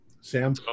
Sam